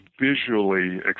visually